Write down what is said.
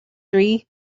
three